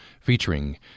featuring